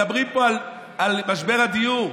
מדברים פה על משבר הדיור.